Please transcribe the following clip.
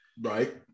right